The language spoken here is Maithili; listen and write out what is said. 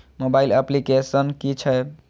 मोबाइल अप्लीकेसन कि छै?